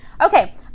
okay